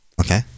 Okay